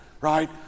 right